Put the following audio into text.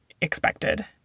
expected